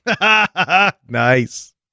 Nice